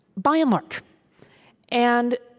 by and large and